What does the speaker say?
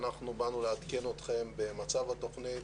אנחנו באנו לעדכן אתכם במצב התוכנית